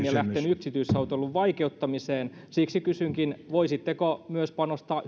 ja lähtenyt yksityisautoilun vaikeuttamiseen siksi kysynkin voisitteko myös panostaa